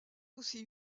aussi